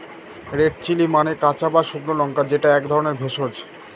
red chilli মানে কাঁচা বা শুকনো লঙ্কা যেটা এক ধরনের ভেষজ